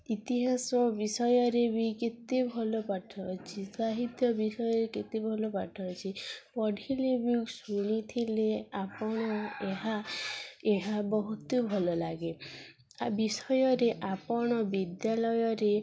ଇତିହାସ ବିଷୟରେ ବି କେତେ ଭଲ ପାଠ ଅଛି ସାହିତ୍ୟ ବିଷୟରେ କେତେ ଭଲ ପାଠ ଅଛି ପଢ଼ିଲେ ବି ଶୁଣିଥିଲେ ଆପଣ ଏହା ଏହା ବହୁତ ଭଲ ଲାଗେ ଆ ବିଷୟରେ ଆପଣ ବିଦ୍ୟାଳୟରେ